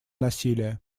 насилия